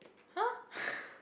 [huh]